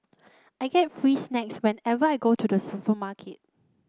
I get free snacks whenever I go to the supermarket